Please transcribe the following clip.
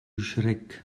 schreck